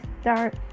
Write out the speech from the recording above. start